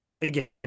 again